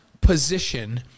position